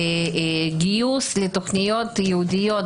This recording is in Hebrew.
גיוס לתכניות ייעודיות,